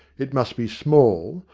it must be small,